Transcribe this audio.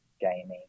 gaming